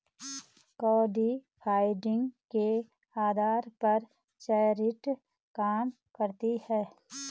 crowdfunding के आधार पर चैरिटी काम करती है